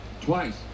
Twice